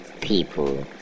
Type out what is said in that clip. people